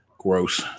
Gross